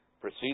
Proceed